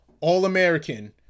All-American